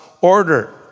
order